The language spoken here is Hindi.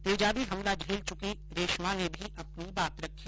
तेजाबी हमला झेल चुकी रेशमा ने भी अपनी बात रखी